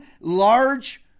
large